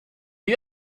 you